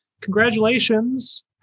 congratulations